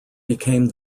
became